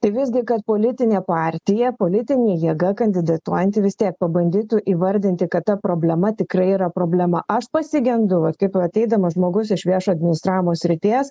tai visgi kad politinė partija politinė jėga kandidatuojanti vis tiek pabandytų įvardinti kad ta problema tikrai yra problema aš pasigendu vat kaip va ateidamas žmogus iš viešo administravimo srities